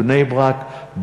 בני-ברק,